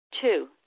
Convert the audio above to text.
Two